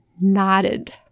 nodded